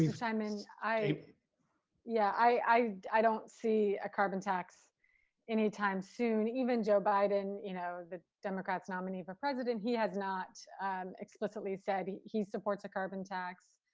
simon i yeah, i i don't see a carbon tax anytime soon. even joe biden, you know the democrats nominee for president. he has not explicitly said he he supports a carbon tax.